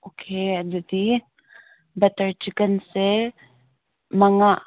okay ꯑꯗꯨꯗꯤ better ꯆꯤꯛꯀꯟꯁꯦ ꯃꯉꯥ